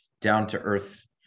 down-to-earth